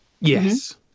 yes